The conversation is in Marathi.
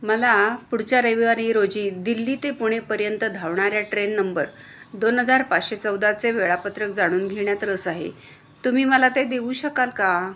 मला पुढच्या रविवारी रोजी दिल्ली ते पुणेपर्यंत धावणाऱ्या ट्रेन नंबर दोन हजार पाचशे चौदाचे वेळापत्रक जाणून घेण्यात रस आहे तुम्ही मला ते देऊ शकाल का